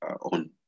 on